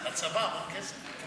לצבא, המון כסף.